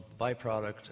byproduct